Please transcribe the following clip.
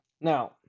Now